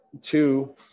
Two